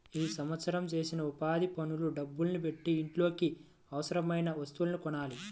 ఈ సంవత్సరం చేసిన ఉపాధి పనుల డబ్బుల్ని పెట్టి ఇంట్లోకి అవసరమయిన వస్తువుల్ని కొనాలి